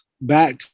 back